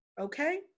Okay